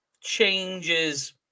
changes